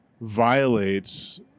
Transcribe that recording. violates